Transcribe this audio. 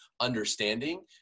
understanding